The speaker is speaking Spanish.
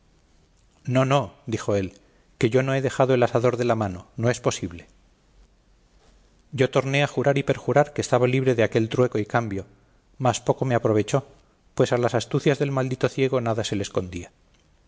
no no dijo él que yo no he dejado el asador de la mano no es posible yo torné a jurar y perjurar que estaba libre de aquel trueco y cambio mas poco me aprovechó pues a las astucias del maldito ciego nada se le escondía